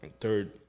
third